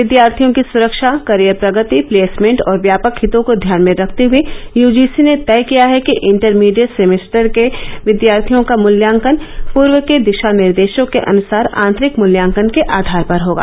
विद्यार्थियों की सुरक्षा करियर प्रगति प्लेसमेंट और व्यापक हितों को ध्यान में रखते हुए यूजीसी ने तय किया है कि इंटरमीडिएट सेमेस्टर के विद्यार्थियों का मूल्यांकन पूर्व के दिशानिर्देशों के अनुसार आंतरिक मूल्यांकन के आधार पर होगा